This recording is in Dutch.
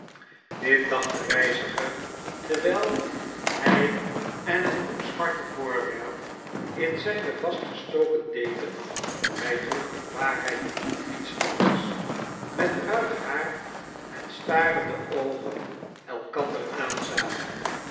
dit dacht de reiziger terwyl hij enhetroetzwarte voorwerp in zijne vastgestoken deken hij droeg in waarheid niets anders metruig haar en starende oogen elkander aanzagen